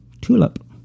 Tulip